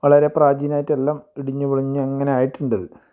വളരെ പ്രാചീനായിട്ടെല്ലാം ഇടിഞ്ഞ് പൊളിഞ്ഞങ്ങനെ ആയിട്ടുണ്ടത്